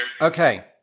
Okay